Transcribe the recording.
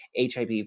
HIV